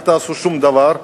אל תעשו שום דבר.